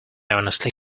honestly